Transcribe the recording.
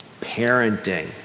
parenting